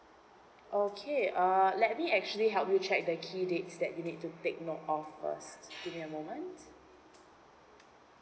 okay uh let me actually help you check the key dates that you need to take note of first give me a moment